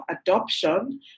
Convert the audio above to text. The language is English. adoption